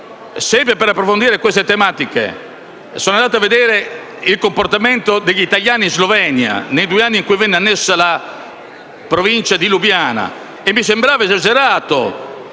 sempre per approfondire queste tematiche, sono andato a vedere il comportamento degli italiani in Slovenia nei due anni in cui venne annessa la provincia di Lubiana, mi è sembrata esagerata